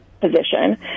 position